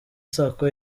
sacco